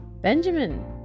Benjamin